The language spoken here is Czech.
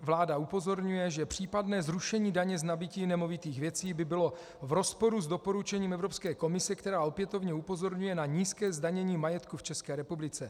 Vláda upozorňuje, že případné zrušení daně z nabytí nemovitých věcí by bylo v rozporu s doporučením Evropské komise, která opětovně upozorňuje na nízké zdanění majetku v České republice.